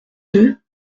deux